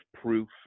proof